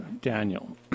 Daniel